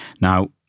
Now